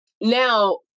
Now